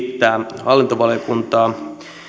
kuitenkin kiittää hallintovaliokuntaa